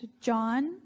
John